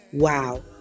Wow